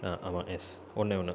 ஆமாம் எஸ் ஒன்றே ஒன்று